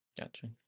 gotcha